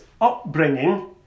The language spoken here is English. upbringing